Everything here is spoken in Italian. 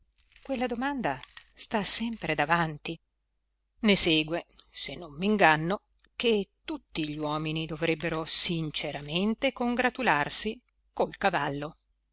quella domanda sta sempre davanti ne segue se non m'inganno che tutti gli uomini dovrebbero sinceramente congratularsi col cavallo